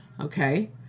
Okay